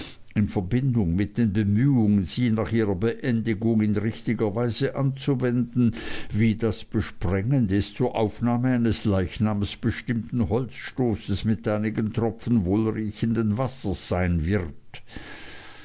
in verbindung mit den bemühungen sie nach ihrer beendigung in richtiger weise anzuwenden wie das besprengen des zur aufnahme eines leichnams bestimmten holzstoßes mit einigen tropfen wohlriechenden wassers sein wird